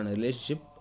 relationship